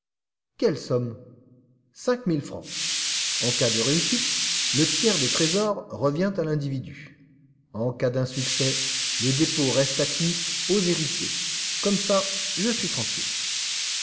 quelle somme cinq mille francs en cas de réussite le tiers des trésors revient à l'individu en cas d'insuccès le dépôt reste acquis aux héritiers comme ça je suis tranquille